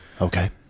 Okay